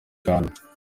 uganda